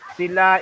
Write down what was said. sila